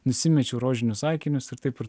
nusimečiau rožinius akinius ir taip ir